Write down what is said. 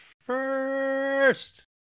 first